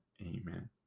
Amen